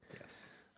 Yes